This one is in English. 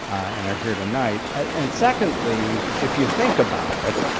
and are here tonight. and secondly, if you think about it,